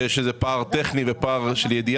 ואמרה שבמקום 25 יבוא